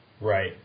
Right